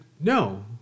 no